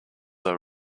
are